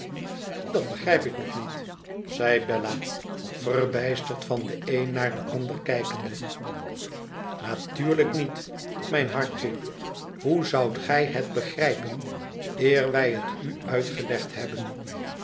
dat begrijp ik nog niet zei bella verbijsterd van den een naar den ander kijkende natuurlijk niet mijn hartje hoe zoudt gij het begrijpen eer wij het u uitgelegd hebben